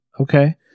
Okay